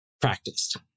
practiced